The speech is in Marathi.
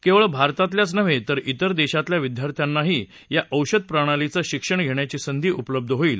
केवळ भारतातल्याच नव्हे तर तिर देशातल्या विद्यार्थ्यांनाही या औषध प्रणालीचं शिक्षण घेण्याची संधी उपलब्ध होईल